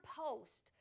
post